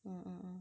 mm mm mm